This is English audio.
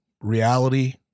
reality